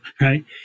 right